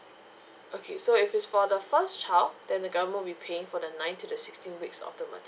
okay so if it's for the first child then the government will be paying for the nine to the sixteen weeks of the mater~